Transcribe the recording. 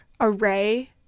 array